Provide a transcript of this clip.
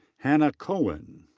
hannah cohen.